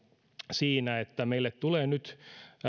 siinä että meille tulee nyt